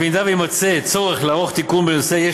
אף במידה שיימצא צורך לערוך תיקון בנושא יש